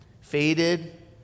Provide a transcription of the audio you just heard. faded